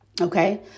okay